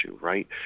right